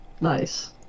Nice